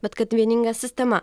bet kad vieninga sistema